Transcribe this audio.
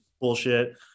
bullshit